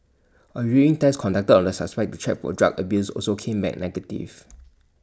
A urine test conducted on the suspect to check for drug abuse also came back negative